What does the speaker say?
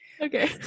okay